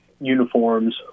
uniforms